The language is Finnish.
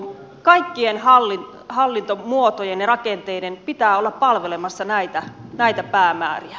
kaikkien hallintomuotojen ja rakenteiden pitää olla palvelemassa näitä päämääriä